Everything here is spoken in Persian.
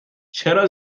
چرا